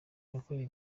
yakoreye